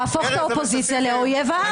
להפוך את האופוזיציה לאויב האומה.